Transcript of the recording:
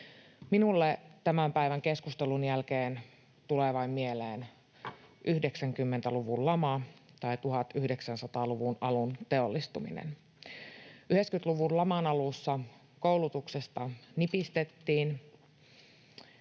Minulle tämän päivän keskustelun jälkeen tulee mieleen vain 90-luvun lama tai 1900-luvun alun teollistuminen. 90-luvun laman alussa koulutuksesta nipistettiin,